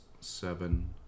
seven